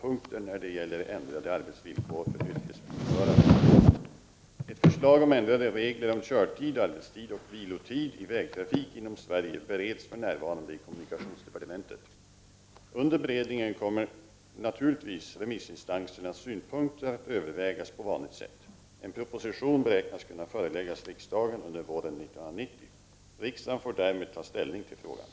riksdagsbeslut om ändring av nuvarande svenska regler för köroch vilotider kan ändring ske av regler för utrikestransporter och därmed harmonisering till EG:s regler.” Kommer regeringen att överlåta till riksdagen att besluta om ett förslag som tillgodoser fackets och bilarbetstidsutredningens synpunkter när det gäller ändrade arbetsvillkor för yrkesbilförare?